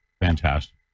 Fantastic